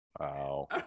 wow